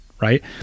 right